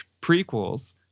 prequels